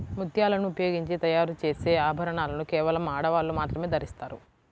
ముత్యాలను ఉపయోగించి తయారు చేసే ఆభరణాలను కేవలం ఆడవాళ్ళు మాత్రమే ధరిస్తారు